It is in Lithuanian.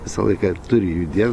visą laiką turi judėt